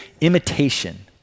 imitation